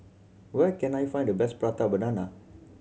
where can I find the best Prata Banana